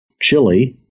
Chile